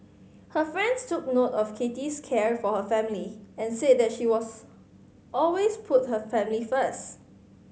her friends took note of Kathy's care for her family and said that she was always put her family first